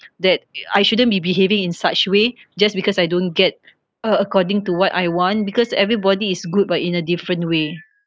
that I shouldn't be behaving in such way just because I don't get uh according to what I want because everybody is good but in a different wa